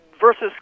versus